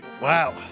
Wow